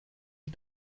die